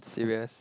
serious